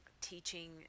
teaching